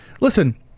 listen